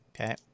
Okay